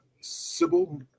Sybil